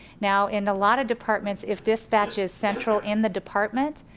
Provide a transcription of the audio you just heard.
now in a lot of departments if dispatch is central in the department,